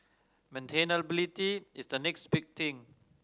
maintainability is the next big thing